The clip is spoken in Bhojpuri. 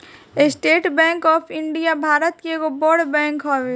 estate bank of India Bharat के एगो बड़ बैंक हवे